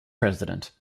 president